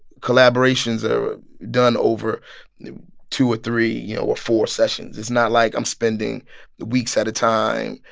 collaborations are done over two or three, you know, or four sessions. it's not like i'm spending weeks at a time,